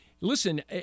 listen